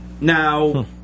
now